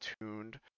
tuned